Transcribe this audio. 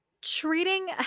treating –